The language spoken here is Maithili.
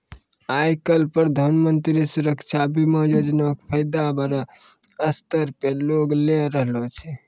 आइ काल्हि प्रधानमन्त्री सुरक्षा बीमा योजना के फायदा बड़ो स्तर पे लोग लै रहलो छै